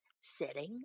sitting